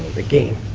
the game.